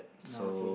ya okay